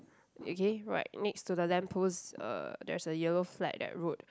okay right next to the lamppost uh there's a yellow flag that road